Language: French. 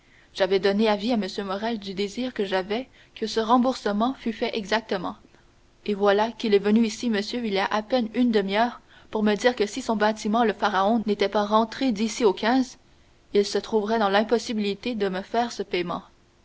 j'avais donné avis à m morrel du désir que j'avais que ce remboursement fût fait exactement et voilà qu'il est venu ici monsieur il y a à peine une demi-heure pour me dire que si son bâtiment le pharaon n'était pas rentré d'ici il se trouverait dans l'impossibilité de me faire ce paiement